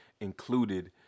included